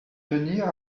tenir